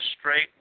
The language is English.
straight